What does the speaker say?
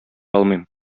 алмыйм